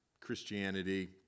Christianity